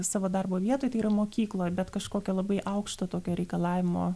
savo darbo vietoj tai yra mokykloj bet kažkokio labai aukšto tokio reikalavimo